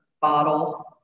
bottle